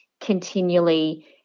continually